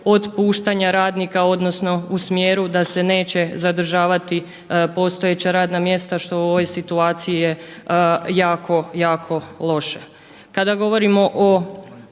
otpuštanja radnika, odnosno u smjeru da se neće zadržavati postojeća radna mjesta što u ovoj situaciji je jako, jako loše. Kada govorimo o